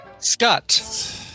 Scott